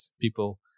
people